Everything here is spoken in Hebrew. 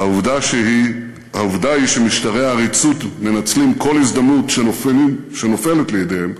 והעובדה היא שמשטרי העריצות מנצלים כל הזדמנות שנופלת לידיהם